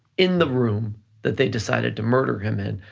in the room that they decided to murder him in,